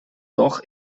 doch